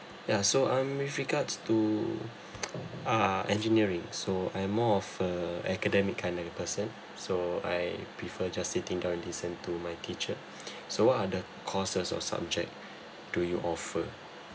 yeah so um with regards to uh engineering so I'm more of a academic kind of person so I prefer just sitting or listen to my teacher so what are the courses or subject do you offer